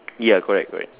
ya correct correct